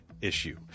issue